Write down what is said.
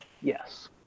yes